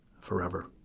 forever